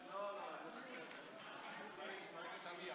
ראש הממשלה הרפר, ידידי סטיבן,